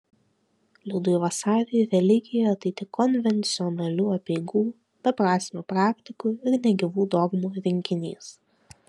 liudui vasariui religija tai tik konvencionalių apeigų beprasmių praktikų ir negyvų dogmų rinkinys